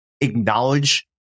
acknowledge